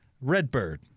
Redbird